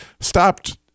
stopped –